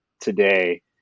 today